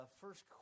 first